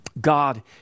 God